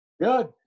Good